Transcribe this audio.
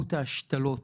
שכמות ההשתלות